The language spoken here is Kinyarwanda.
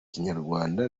kinyarwanda